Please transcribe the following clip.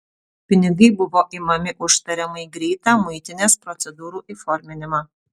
pinigai buvo imami už tariamai greitą muitinės procedūrų įforminimą